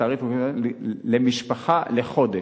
התעריף למשפחה לחודש.